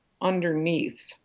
underneath